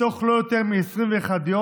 בתוך לא יותר מ-21 יום,